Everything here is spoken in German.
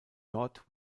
dort